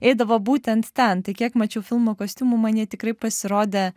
eidavo būtent ten tai kiek mačiau filmo kostiumų man jie tikrai pasirodė